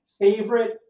favorite